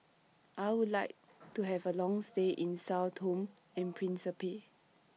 I Would like to Have A Long stay in Sao Tome and Principe